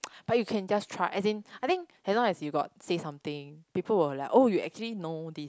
but you can just try and then I think at least you got say something people will like oh you actually know this